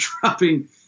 dropping